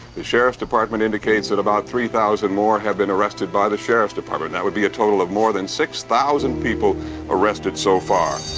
the sheriff's department indicates that about three thousand more have been arrested by the sheriff's department. that would be a total of more than six thousand people arrested so far.